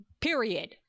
Period